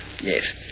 Yes